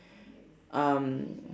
um